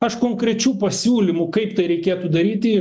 aš konkrečių pasiūlymų kaip tai reikėtų daryti